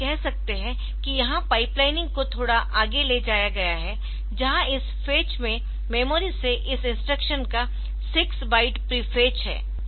तो हम कह सकते है कि यहां पाइपलाइनिंग को थोड़ा आगे ले जाया गया है जहां इस फेच में मेमोरी से इस इंस्ट्रक्शन का 6 बाइट प्रीफेच है